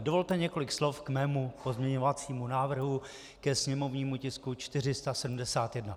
Dovolte několik slov k mému pozměňovacímu návrhu, ke sněmovnímu tisku 471.